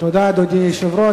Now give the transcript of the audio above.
אדוני היושב-ראש,